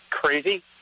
crazy